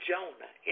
Jonah